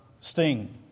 sting